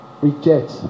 reject